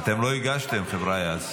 אתם לא הגשתם, חבריא.